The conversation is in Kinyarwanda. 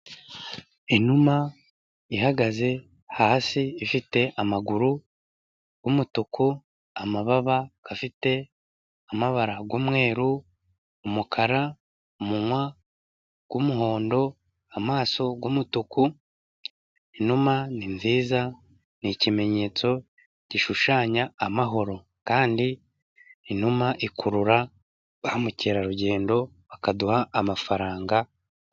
Inuma ihagaze hasi ifite amaguru y'umutuku, amababa afite amabara y'umweru, umukara umunwa w'umuhondo, amaso y'umutuku. Inuma ni nziza ni ikimenyetso gishushanya amahoro, kandi inuma ikurura bamukerarugendo, bakaduha amafaranga.